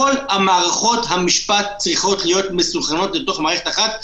כל מערכות המשפט צריכות להיות מסונכרנות לתוך מערכת אחת,